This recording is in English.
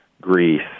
Greece